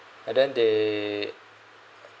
and then they